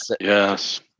Yes